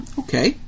okay